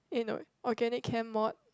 eh no organic chem mod